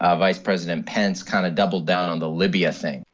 ah vice president pence kind of doubled down on the libya thing.